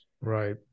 Right